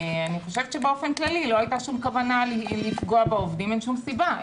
אני חושבת שבאופן כללי לא הייתה כל כוונה לפגוע בעובדים ואין שום סיבה.